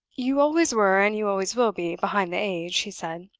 you always were, and you always will be, behind the age, he said.